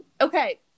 okay